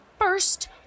First